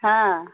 हँ